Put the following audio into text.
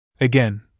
Again